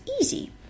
easy